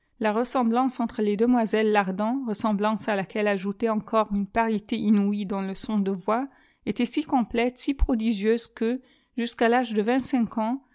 la ressemblance entre les demoiselles lardan ressemblance à laquelle ajoutait encore une parité inouïe dans le son de voix était si complète si prodigieuse que jusqu'à tge de vingt-cinq ans